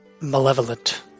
malevolent